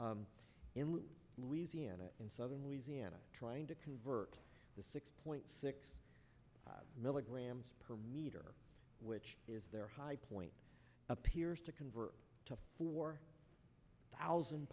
in louisiana in southern louisiana trying to convert the six point six milligrams per meter which is their high point appears to convert to four thousand